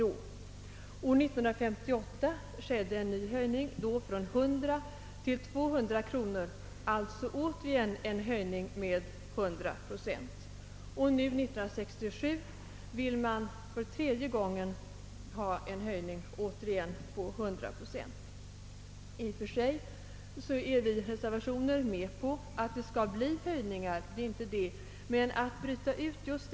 År 1958 skedde en ny höjning, då från 100 till 200 kronor — alltså återigen en höjning med 100 procent. Nu, år 1967, vill man för tredje gången ha en höjning, även denna gång med 100 procent. Vi reservanter är i och för sig med på att det skall bli höjningar. Det är inte detta vi vänder oss mot.